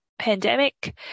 pandemic